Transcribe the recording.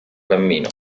cammino